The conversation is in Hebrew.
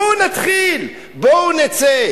בואו נתחיל, בואו נצא.